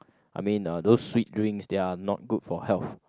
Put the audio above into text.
I mean uh those sweet drinks they are not good for health